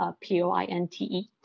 P-O-I-N-T-E